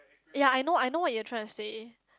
ya I know I know what you're trying to say